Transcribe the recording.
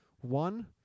One